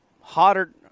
hotter